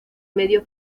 medio